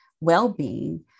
well-being